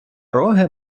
роги